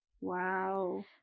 Wow